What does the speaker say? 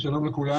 שלום לכולם.